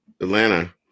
Atlanta